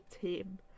team